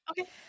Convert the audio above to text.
Okay